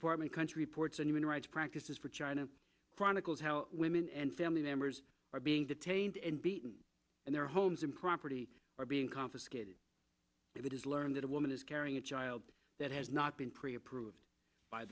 department country ports and human rights practices for china chronicles how women and family members are being detained and beaten and their homes and property are being confiscated if it is learned that a woman is carrying a child that has not been pre approved by